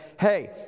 Hey